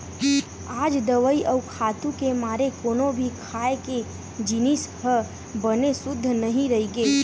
आज दवई अउ खातू के मारे कोनो भी खाए के जिनिस ह बने सुद्ध नइ रहि गे